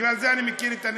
בגלל זה אני מכיר את הנתונים.